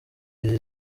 izi